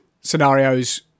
scenarios